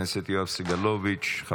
חבר הכנסת יואב סגלוביץ' אינו נוכח,